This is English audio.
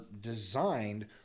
designed